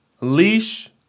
Leash